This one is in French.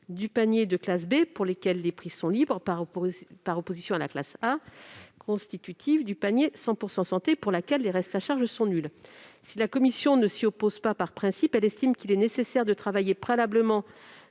du panier de classe B, pour lequel les prix sont libres, par opposition à la classe A, constitutive du panier « 100 % Santé », pour laquelle les restes à charge sont nuls. Si la commission ne s'y oppose pas par principe, elle estime nécessaire de travailler préalablement